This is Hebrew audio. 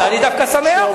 אני דווקא שמח,